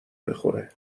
بخوره